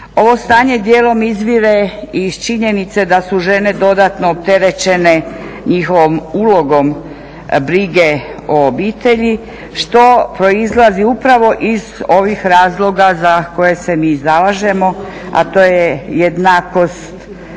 Ovo stanje dijelom izvire i iz činjenice da su žene dodatno opterećene njihovom ulogom brige o obitelji što proizlazi upravo iz ovih razloga za koje s mi zalažemo a to je jednakost